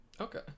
Okay